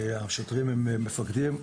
השוטרים הם מפקדים.